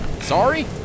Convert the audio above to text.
Sorry